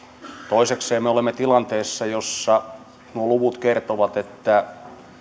toisekseen me olemme tilanteessa jossa nuo luvut kertovat että